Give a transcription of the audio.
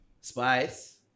spice